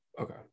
Okay